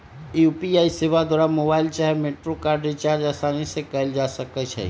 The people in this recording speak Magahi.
यू.पी.आई सेवा द्वारा मोबाइल चाहे मेट्रो कार्ड रिचार्ज असानी से कएल जा सकइ छइ